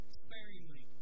sparingly